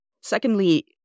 Secondly